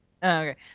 Okay